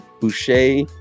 Boucher